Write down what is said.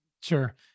Sure